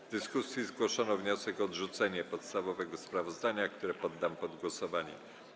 W dyskusji zgłoszono wniosek o odrzucenie podstawowego sprawozdania, który poddam pod głosowanie.